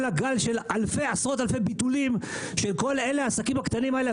כל הגל של עשרות-אלפי ביטולים של כל העסקים הקטנים האלה,